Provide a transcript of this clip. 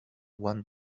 one